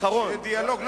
שיהיה דיאלוג.